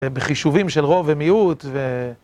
בחישובים של רוב ומיעוט ו...